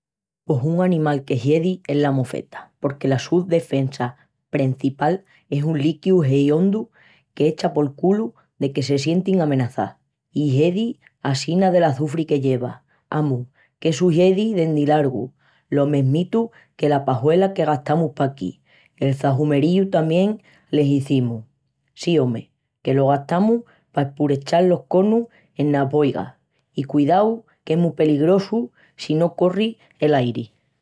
Pos un animal que hiedi es la mofeta porque la su defensa prencipal es un líquiu hediondu qu'echa pol culu deque se sientin amenazás. I hiedi assina del açufri que lleva, amus qu'essu hiedi dendi largu lo mesmitu que la pajuela que gastamus paquí, el çahumeriu tamién l'izimus... Sí, ome, que lo gastamus pa espurechal los conus enas boigas. I cuidau qu'es mu peligrosu si no corri l'airi!